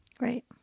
Right